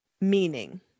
meaning